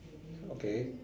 okay